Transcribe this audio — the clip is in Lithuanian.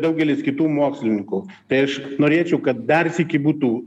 daugelis kitų mokslininkų tai aš norėčiau kad dar sykį būtų